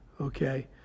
Okay